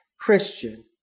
Christian